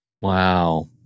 Wow